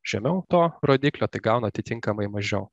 žemiau to rodiklio tai gauna atitinkamai mažiau